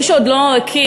מי שעוד לא הכיר,